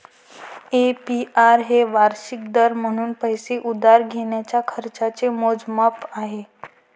APR हे वार्षिक दर म्हणून पैसे उधार घेण्याच्या खर्चाचे मोजमाप आहे